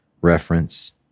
reference